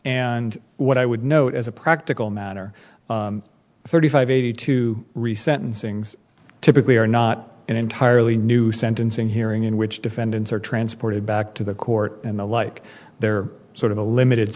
and what i would note as a practical matter thirty five eighty two re sentencings typically are not an entirely new sentencing hearing in which defendants are transported back to the court and the like there are sort of a limited